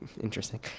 interesting